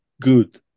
good